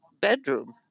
bedroom